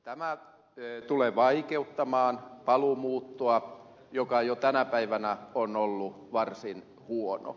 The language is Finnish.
tämä tulee vaikeuttamaan paluumuuttoa joka jo tänä päivänä on ollut varsin huono